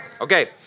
Okay